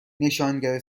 نشانگر